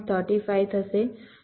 35 થશે